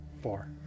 four